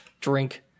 drink